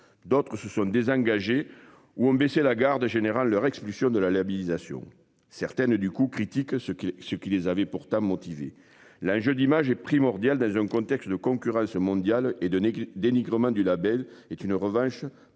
D'autres se sont désengagés ou ont baissé la garde général leur expulsion de la labellisation certaines. Du coup, critique ce qui ce qui les avaient pourtant motivé là je. L'image est primordial dans un contexte de concurrence mondiale et donné dénigrement du Label est une revanche pas très